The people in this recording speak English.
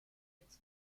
its